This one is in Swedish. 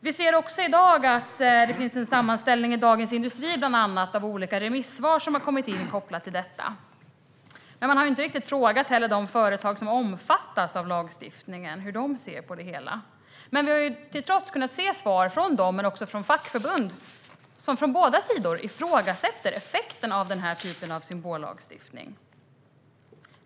Vi ser också i dag att det finns en sammanställning i Dagens industri av olika remissvar som har kommit in kopplat till detta, men man har inte frågat de företag som omfattas av lagstiftningen hur de ser på det hela. Vi har detta till trots kunnat se svar från dem men också från fackförbund som från båda sidor ifrågasätter effekten av den här typen av symbollagstiftning.